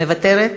מוותרת?